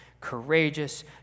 courageous